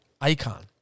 icon